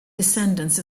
descendants